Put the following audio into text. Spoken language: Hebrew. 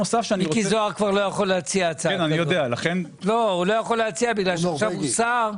מיקי זוהר כבר לא יכול להציע הצעה כזאת בגלל שעכשיו הוא שר,